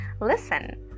listen